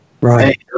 Right